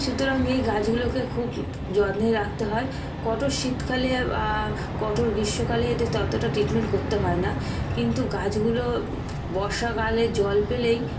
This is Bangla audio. সুতরাং এই গাছগুলোকে খুব যত্নে রাখতে হয় কঠোর শীতকালে কঠোর গ্রীষ্মকালে এদের ততটা ট্রিটমেন্ট করতে হয় না কিন্তু গাছগুলো বর্ষাকালে জল পেলেই